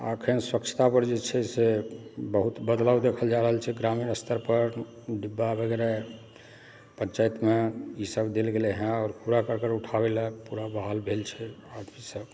आओर एखन सच्छ्तापर जे छै से बहुत बदलाव देखल जा रहल छै ग्रामीण स्तरपर डिब्बा वगैरह पञ्चायतमे ई सब देल गेलै हँ आओर कूड़ा करकट उठाबय लेल पूरा बहाल भेल छै आदमी सब